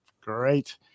Great